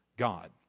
God